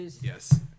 Yes